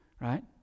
right